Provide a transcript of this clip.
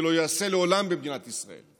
ולא ייעשה לעולם במדינת ישראל.